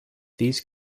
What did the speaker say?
these